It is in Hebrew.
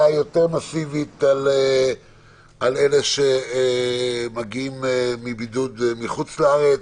יותר מסיבית על אלה שמגיעים מבידוד מחוץ לארץ,